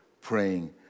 praying